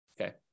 okay